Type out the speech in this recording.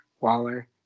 waller